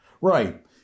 Right